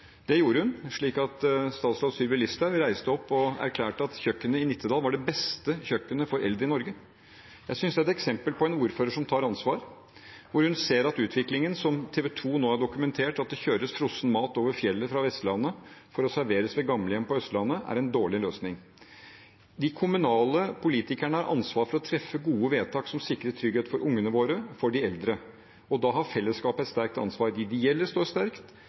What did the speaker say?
Det gjorde hun – slik at statsråd Sylvi Listhaug reiste opp og erklærte at kjøkkenet i Nittedal var det beste kjøkkenet for eldre i Norge. Jeg synes dette er et eksempel på en ordfører som tar ansvar, hvor hun ser at utviklingen som TV 2 nå har dokumentert, at det kjøres frossen mat over fjellet fra Vestlandet for å bli servert ved gamlehjem på Østlandet, er en dårlig løsning. De kommunale politikerne har ansvar for å treffe gode vedtak som sikrer trygghet for ungene våre og for de eldre, og da har fellesskapet et sterkt ansvar. De ideelle står sterkt,